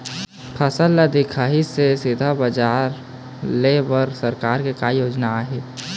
फसल ला दिखाही से सीधा बजार लेय बर सरकार के का योजना आहे?